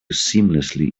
seamlessly